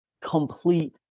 complete